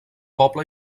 poble